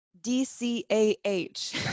DCAH